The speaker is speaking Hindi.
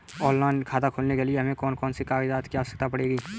ऑनलाइन खाता खोलने के लिए हमें कौन कौन से कागजात की आवश्यकता पड़ेगी?